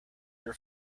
your